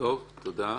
תודה.